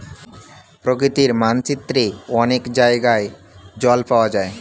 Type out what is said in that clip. প্রকৃতির মানচিত্রে অনেক জায়গায় জল পাওয়া যায়